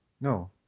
No